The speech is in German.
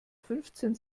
fünfzehn